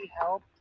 help